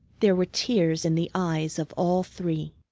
there were tears in the eyes of all three.